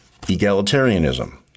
EGALITARIANISM